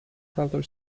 helter